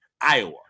Iowa